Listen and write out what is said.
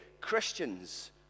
Christians